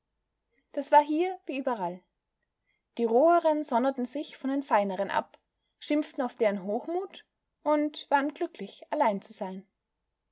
das war hier wie überall die roheren sonderten sich von den feineren ab schimpften auf deren hochmut und waren glücklich allein zu sein